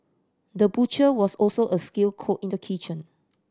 the butcher was also a skilled cook in the kitchen